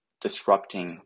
disrupting